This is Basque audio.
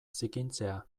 zikintzea